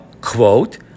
quote